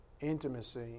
intimacy